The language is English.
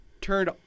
turned